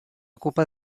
ocupa